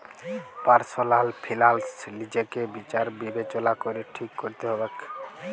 personal ফিলালস লিজেকে বিচার বিবেচলা ক্যরে ঠিক ক্যরতে হবেক